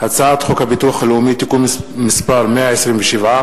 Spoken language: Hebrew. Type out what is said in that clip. הצעת חוק הביטוח הלאומי (תיקון מס' 127),